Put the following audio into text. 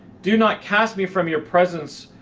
do not cast me from your presence,